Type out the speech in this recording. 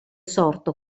sorto